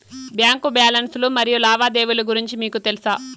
Bank balance లు మరియు లావాదేవీలు గురించి మీకు తెల్సా?